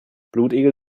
blutegel